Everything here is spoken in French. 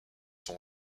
son